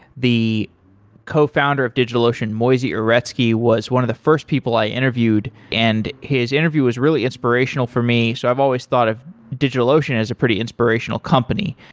the cofounder of digitalocean, moisey uretsky, was one of the first people i interviewed, and his interview was really inspirational for me. so i've always thought of digitalocean as a pretty inspirational company.